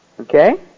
Okay